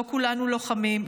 לא כולנו לוחמים,